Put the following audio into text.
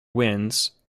winds